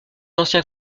ancien